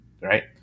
right